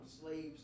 slaves